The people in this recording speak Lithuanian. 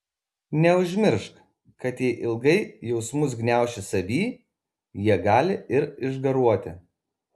neužmiršk kad jei ilgai jausmus gniauši savy jie gali ir išgaruoti